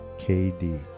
kd